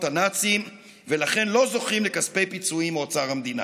הנאצים ולכן לא זוכים לכספי פיצויים מאוצר המדינה.